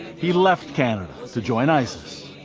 he left canada to join isis.